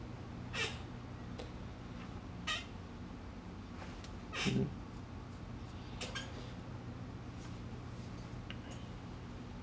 mmhmm